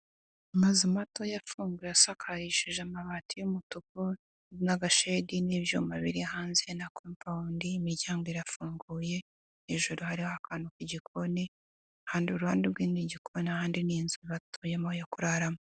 Amazu mato yafunguye asakarishije amabati y'umutuku n'agashegi n'ibyuma biri hanze na compound, imiryango irafunguye, hejuru hariho akantu k'igikoni, iruhande rw'inzu ni igikoni, ahandi ni inzu batuyemo yo kuraramo